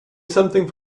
something